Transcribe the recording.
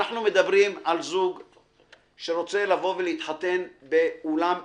אנחנו מדברים על זוג שרוצה להתחתן באולם אירועים.